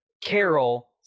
Carol